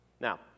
Now